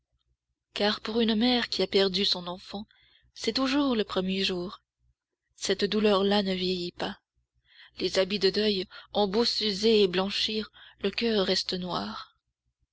car pour une mère qui a perdu son enfant c'est toujours le premier jour cette douleur là ne vieillit pas les habits de deuil ont beau s'user et blanchir le coeur reste noir